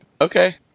okay